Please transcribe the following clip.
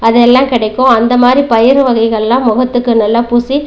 அது எல்லாம் கிடைக்கும் அந்த மாதிரி பயிறு வகைகளெலாம் முகத்துக்கு நல்லா பூசி